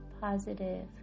positive